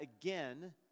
again